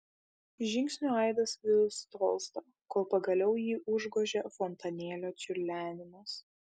žingsnių aidas vis tolsta kol pagaliau jį užgožia fontanėlio čiurlenimas